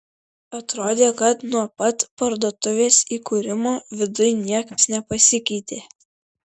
atrodė kad nuo pat parduotuvės įkūrimo viduj niekas nepasikeitė